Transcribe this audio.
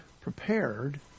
prepared